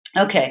Okay